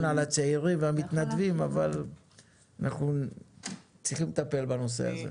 על הצעירים והמתנדבים אבל אנחנו צריכים לטפל בנושא הזה.